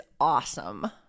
awesome